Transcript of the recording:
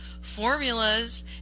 formulas